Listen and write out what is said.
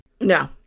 No